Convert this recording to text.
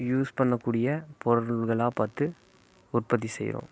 use பண்ணக்கூடிய பொருள்களாக பார்த்து உற்பத்தி செய்கிறோம்